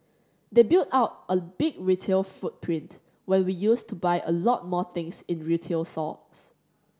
they built out a big retail footprint when we used to buy a lot more things in retail sores